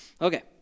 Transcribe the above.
Okay